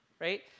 right